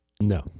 No